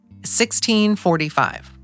1645